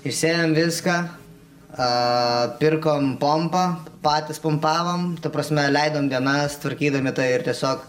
išsėmėm viską pirkom pompą patys pumpavom ta prasme leidom dienas tvarkydami tą ir tiesiog